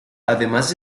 además